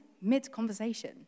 mid-conversation